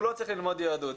הוא לא צריך ללמוד יהדות.